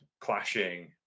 clashing